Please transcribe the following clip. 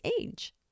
age